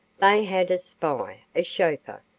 they had a spy, a chauffeur,